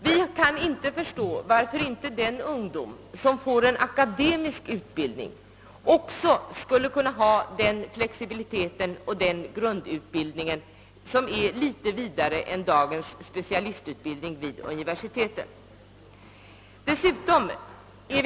Vi kan inte förstå varför inte den ungdom som får en akademisk utbildning också skulle kunna ha en flexibilitet och en grundutbildning som en grund för senare specialistutbildning vid universiteten. | "Dessutom är.